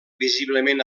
visiblement